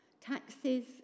Taxes